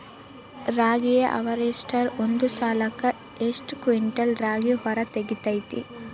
ರಾಗಿಯ ಹಾರ್ವೇಸ್ಟರ್ ಒಂದ್ ಸಲಕ್ಕ ಎಷ್ಟ್ ಕ್ವಿಂಟಾಲ್ ರಾಗಿ ಹೊರ ತೆಗಿತೈತಿ?